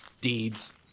deeds